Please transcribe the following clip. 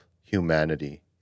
humanity